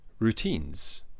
routines